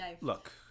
Look